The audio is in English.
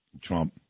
Trump